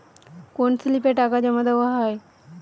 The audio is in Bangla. কোন স্লিপে টাকা জমাদেওয়া হয়?